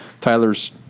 Tyler's